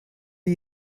are